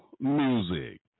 music